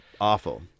awful